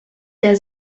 der